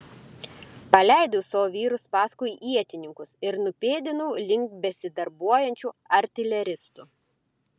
paleidau savo vyrus paskui ietininkus ir nupėdinau link besidarbuojančių artileristų